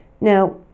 Now